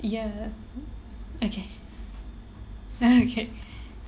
ya okay okay